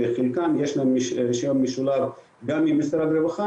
ולחלקם יש רישיון משולב גם ממשרד הרווחה